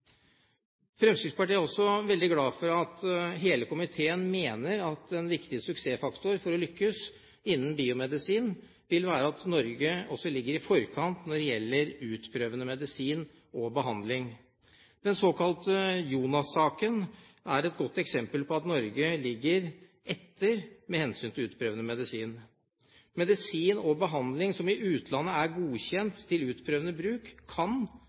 Fremskrittspartiet er også veldig glad for at hele komiteen mener at en viktig suksessfaktor for å lykkes innen biomedisin vil være at Norge også ligger i forkant når det gjelder utprøvende medisin og behandling. Den såkalte Jonas-saken er et godt eksempel på at Norge ligger etter med hensyn til utprøvende medisin. Medisin og behandling som i utlandet er godkjent til utprøvende bruk, kan,